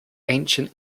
ancient